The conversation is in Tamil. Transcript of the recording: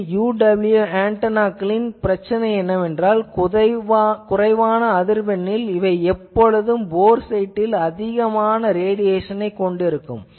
இந்த UWE ஆன்டெனாக்களின் பிரச்சனை என்னவென்றால் குறைவான அதிர்வெண்களில் இவை எப்பொழுதும் போர் சைட்டில் அதிகமான ரேடியேசனைக் கொண்டிருக்கும்